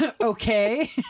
okay